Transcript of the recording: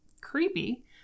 creepy